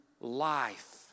life